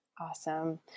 Awesome